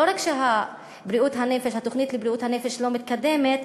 לא רק שהתוכנית לבריאות הנפש לא מתקדמת,